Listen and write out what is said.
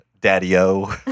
daddy-o